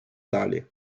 далі